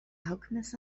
alchemist